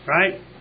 Right